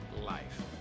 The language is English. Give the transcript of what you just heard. life